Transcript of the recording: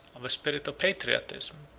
of a spirit of patriotism,